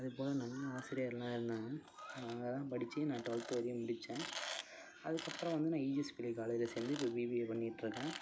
அதே போல் நல்ல ஆசிரியர்கள் இருந்தாங்க அங்கே தான் படிச்சு நான் டொல்த் வரையும் முடித்தேன் அதுக்கப்புறம் வந்து நான் இஜிஎஸ் பிள்ளை காலேஜ்ஜில் சேர்ந்து இப்போ பிபிஏ பண்ணிகிட்ருக்கேன்